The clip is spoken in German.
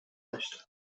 nicht